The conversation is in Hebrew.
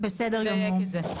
נדייק את זה.